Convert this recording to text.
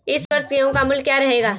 इस वर्ष गेहूँ का मूल्य क्या रहेगा?